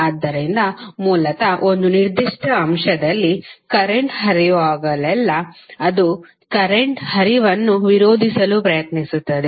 ಆದ್ದರಿಂದ ಮೂಲತಃ ಒಂದು ನಿರ್ದಿಷ್ಟ ಅಂಶದಲ್ಲಿ ಕರೆಂಟ್ ಹರಿಯುವಾಗಲೆಲ್ಲಾ ಅದು ಕರೆಂಟ್ ಹರಿವನ್ನು ವಿರೋಧಿಸಲು ಪ್ರಯತ್ನಿಸುತ್ತದೆ